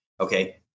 okay